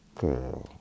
girl